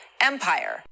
Empire